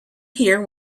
hear